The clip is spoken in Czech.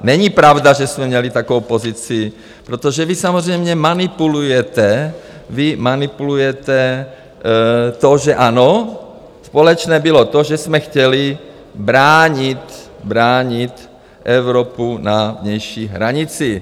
Není pravda, že jsme měli takovou pozici, protože vy samozřejmě manipulujete, vy manipulujete to, že ano, společné bylo to, že jsme chtěli bránit Evropu na vnější hranici.